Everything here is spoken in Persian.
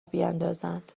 بیندازند